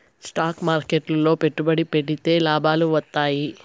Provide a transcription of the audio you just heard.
stock మార్కెట్లు లో పెట్టుబడి పెడితే లాభాలు వత్తాయి